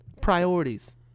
Priorities